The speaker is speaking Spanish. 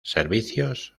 servicios